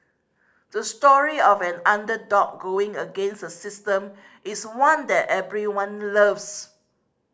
the story of an underdog going against the system is one that everyone loves